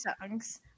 songs